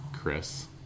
chris